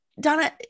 Donna